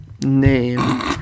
name